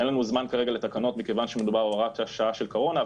אין לנו זמן כרגע לתקנות מכיוון שמדובר בהוראת השעה של קורונה,